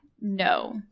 no